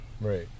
Right